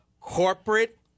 corporate